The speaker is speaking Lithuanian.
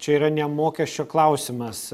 čia yra ne mokesčio klausimas